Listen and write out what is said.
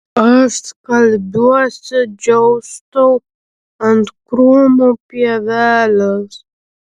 aš skalbiuosi džiaustau ant krūmų pievelės